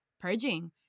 purging